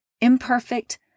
imperfect